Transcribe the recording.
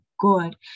good